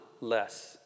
less